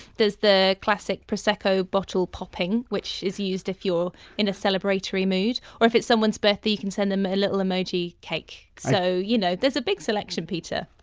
there's the classic prosecco bottle popping, which is used if you're in a celebratory mood. or if it's someone's birthday you can send them a little emoji cake. so you know, there's a big selection peter.